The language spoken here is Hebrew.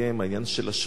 העניין של השבטים.